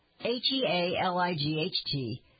H-E-A-L-I-G-H-T